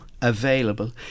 available